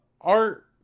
Art